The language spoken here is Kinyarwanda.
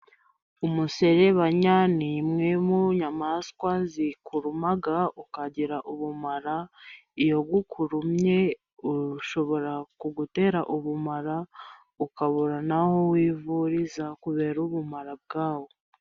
Umuserebanya ni imwe mu nyamaswa zikuruma ukagira ubumara, iyo ukurumye ushobora kugutera ubumara ukabura n'aho wivuriza kubera ubumara bwawo.